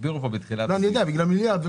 הסבירו פה בתחילת --- אני יודע, בגלל מיליארד.